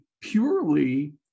purely